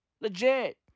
Legit